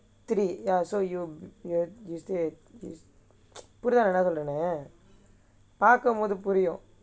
three ya so you you you stay is இப்படி தான் எப்படி பன்னுவேன் பார்க்கும்போது புரியும்:ippadi thaan eppadi pannuvaen paarkkumpothu puriyum